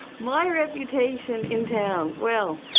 my reputation in town, well.